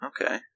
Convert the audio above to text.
Okay